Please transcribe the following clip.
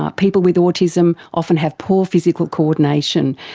ah people with autism often have poor physical coordination,